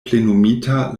plenumita